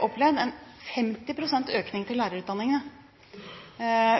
opplevd en 50 pst. økning til lærerutdanningene